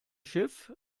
schiff